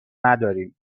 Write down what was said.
نداریم